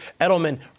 Edelman